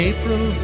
April